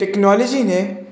technology ਨੇ